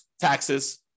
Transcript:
taxes